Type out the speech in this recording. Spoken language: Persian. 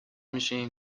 میشیم